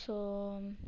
so